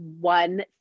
one